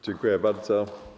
Dziękuję bardzo.